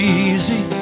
easy